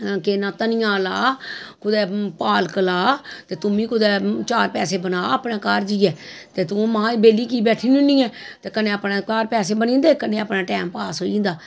केह् नां धनियां ला कुतै पालक ला ते तूं बी कुतै चार पैहे बना अपने घर जाइयै ते तूं महा बेल्ली कीऽ बैठनी होन्नी ऐं ते कन्नै अपने घर पैहे बनी जंदे ते कन्नै अपना टैम पास होई जंदा